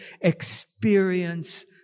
experience